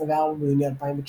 24 ביוני 2019